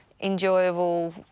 enjoyable